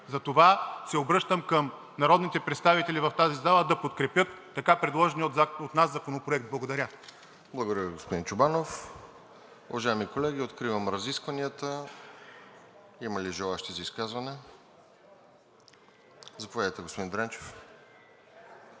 Затова се обръщам към народните представители в тази зала да подкрепят така предложения от нас Законопроект. Благодаря. ПРЕДСЕДАТЕЛ РОСЕН ЖЕЛЯЗКОВ: Благодаря Ви, господин Чобанов. Уважаеми колеги, откривам разискванията. Има ли желаещи за изказване? Заповядайте, господин Дренчев.